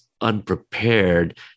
unprepared